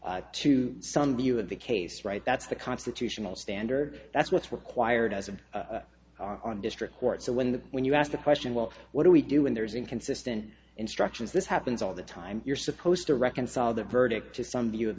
tori's to some view of the case right that's the constitutional standard that's what's required as an on district court so when the when you ask the question well what do we do when there's inconsistent instructions this happens all the time you're supposed to reconcile the verdict to some view of